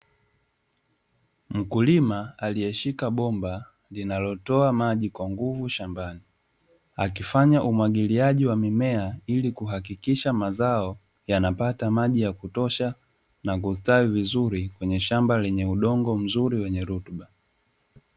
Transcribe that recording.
Mkulima aliyeshika bomba linalotoa maji kwa nguvu shambani akifanya umwagiliaji wa mimea ili kuhakikisha mazao yanapata maji ya kutosha na kustawi vizuri kwenye shamba lenye udongo mzuri wenye rutuba.